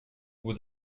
vous